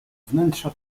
wnętrza